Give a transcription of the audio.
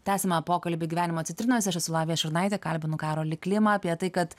tęsiame pokalbį gyvenimo citrinose aš esu lavija šurnaitė kalbinu karolį klimą apie tai kad